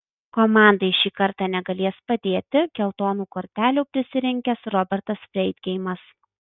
komandai šį kartą negalės padėti geltonų kortelių prisirinkęs robertas freidgeimas